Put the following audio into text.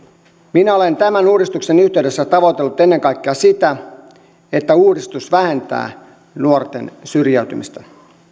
minä olen tämän uudistuksen yhteydessä tavoitellut ennen kaikkea sitä että uudistus vähentää nuorten syrjäytymistä